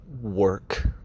work